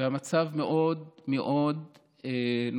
והמצב מאוד מאוד נוראי,